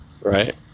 right